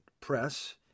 press